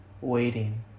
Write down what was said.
waiting